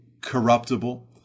corruptible